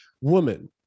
woman